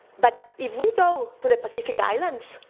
but if we go to the pacific islands,